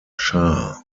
shah